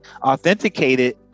authenticated